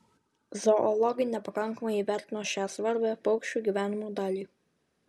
zoologai nepakankamai įvertino šią svarbią paukščių gyvenimo dalį